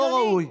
לא ראוי.